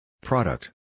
Product